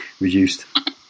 reduced